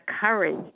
courage